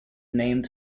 named